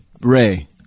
Ray